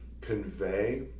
convey